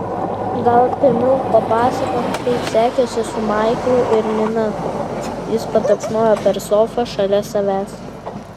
gal pirmiau papasakok kaip sekėsi su maiklu ir nina jis patapšnojo per sofą šalia savęs